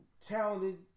talented